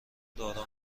دارا